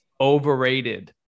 overrated